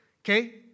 Okay